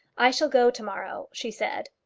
i shall go to-morrow, she said.